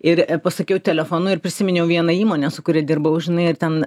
ir pasakiau telefonu ir prisiminiau vieną įmonę su kuria dirbau žinai ir ten